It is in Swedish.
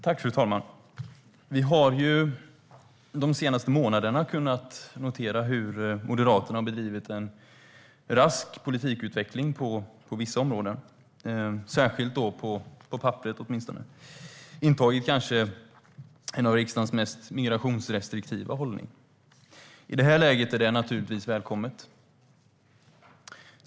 Fru talman! Vi har de senaste månaderna kunnat notera hur Moderaterna har genomgått en rask politikutveckling på vissa områden, åtminstone på papperet, och intagit en hållning som kanske är en av de mest migrationsrestriktiva i riksdagen. I det här läget är det naturligtvis välkommet.